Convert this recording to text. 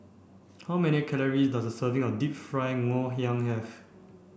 how many calories does a serving of Deep Fried Ngoh Hiang have